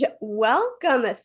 welcome